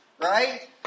Right